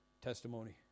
testimony